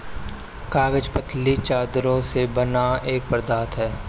कागज पतली चद्दरों से बना एक पदार्थ है